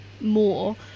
more